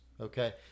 Okay